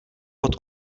pod